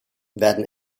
werden